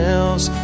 else